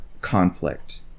conflict